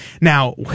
Now